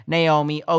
Naomi